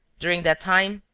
during that time,